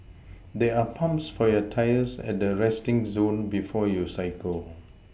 there are pumps for your tyres at the resting zone before you cycle